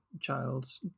child's